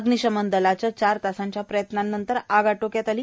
अग्निशमन दलाच्या चार तासाच्या प्रयत्नांनंतर ही आग आटोक्यात आली